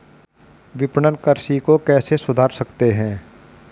विपणन कृषि को कैसे सुधार सकते हैं?